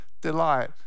delight